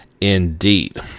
indeed